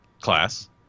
class